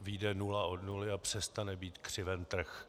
Vyjde nula od nuly a přestane být křiven trh.